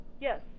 Yes